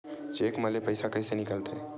Cheque म ले पईसा कइसे निकलथे?